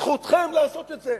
זכותכם לעשות את זה.